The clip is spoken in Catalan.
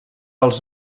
els